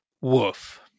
woof